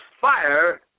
fire